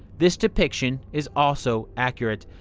this depiction is also accurate.